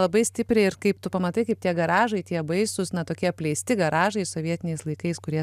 labai stipriai ir kaip tu pamatai kaip tie garažai tie baisūs na tokie apleisti garažai sovietiniais laikais kurie